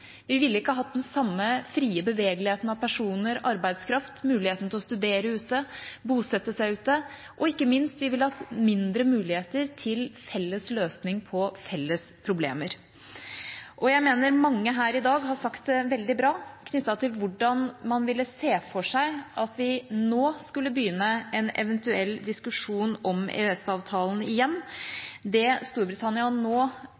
Vi ville ikke hatt den samme frie bevegeligheten av personer og arbeidskraft, muligheten til å studere ute og bosette seg ute, og ikke minst ville vi hatt mindre mulighet til felles løsning på felles problemer. Jeg mener mange i dag har sagt det veldig bra knyttet til hvordan man ville se for seg at vi nå skulle begynne en eventuell diskusjon om EØS-avtalen igjen. Det Storbritannia nå